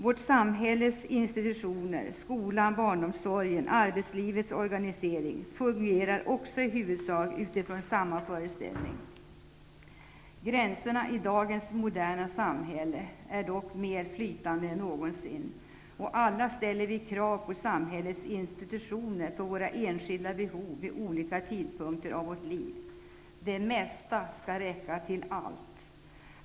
Vårt samhälles institutioner -- skolan, barnomsorgen, arbetslivets organisering -- fungerar i huvudsak också utifrån samma föreställning. Gränserna i dagens moderna samhälle är dock mer flytande än någonsin. Och alla ställer vi krav på samhällets institutioner för våra enskilda behov vid olika tidpunkter i vårt liv. Det mesta skall räcka till allt.